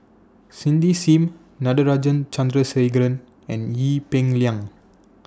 Cindy SIM Natarajan Chandrasekaran and Ee Peng Liang